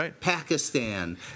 Pakistan